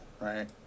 right